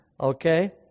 Okay